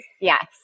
Yes